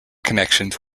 connections